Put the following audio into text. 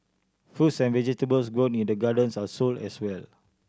fruits and vegetables grown in the gardens are sold as well